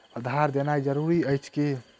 आधार देनाय जरूरी अछि की?